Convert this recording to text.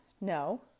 No